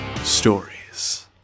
Stories